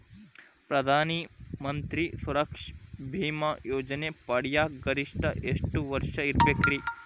ಪ್ರಧಾನ ಮಂತ್ರಿ ಸುರಕ್ಷಾ ಭೇಮಾ ಯೋಜನೆ ಪಡಿಯಾಕ್ ಗರಿಷ್ಠ ಎಷ್ಟ ವರ್ಷ ಇರ್ಬೇಕ್ರಿ?